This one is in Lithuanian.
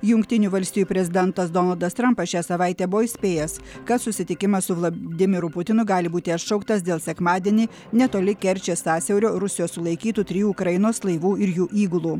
jungtinių valstijų prezidentas donaldas trampas šią savaitę buvo įspėjęs kad susitikimas su vladimiru putinu gali būti atšauktas dėl sekmadienį netoli kerčės sąsiaurio rusijos sulaikytų trijų ukrainos laivų ir jų įgulų